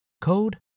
code